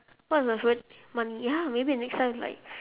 what is my favourite money ya maybe the next time it's like